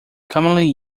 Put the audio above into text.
commonly